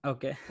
Okay